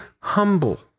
humble